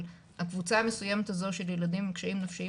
אבל הקבוצה המסוימת הזו של ילדים עם קשיים נפשיים